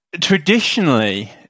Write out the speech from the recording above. traditionally